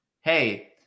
hey